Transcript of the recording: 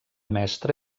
mestra